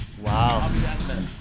wow